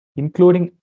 including